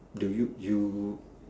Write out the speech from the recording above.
do you you